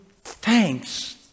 thanks